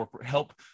help